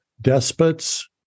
Despots